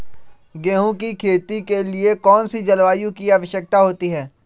गेंहू की खेती के लिए कौन सी जलवायु की आवश्यकता होती है?